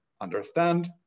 understand